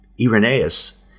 Irenaeus